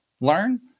learn